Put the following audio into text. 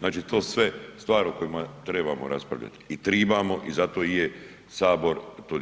Znači to sve stvar o kojima trebamo raspravljati i tribamo i zato i je Sabor